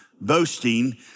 boasting